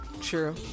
True